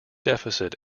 deficit